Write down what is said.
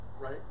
Right